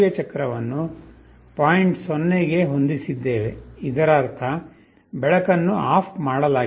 0 ಗೆ ಹೊಂದಿಸಿದ್ದೇವೆ ಇದರರ್ಥ ಬೆಳಕನ್ನು ಆಫ್ ಮಾಡಲಾಗಿದೆ